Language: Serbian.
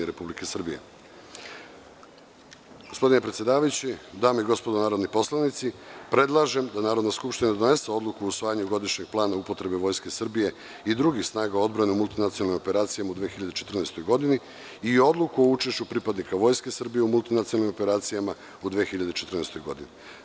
Gospodine predsedavajući, dame i gospodo narodni poslanici, predlažem da Narodna skupština donese odluku o usvajanju godišnjeg plana upotrebe Vojske Srbije i drugih snaga odbrane u multinacionalnim operacijama u 2014. godini i odluku o učešću pripadnika Vojske Srbije u multinacionalnim operacijama u 2014. godini.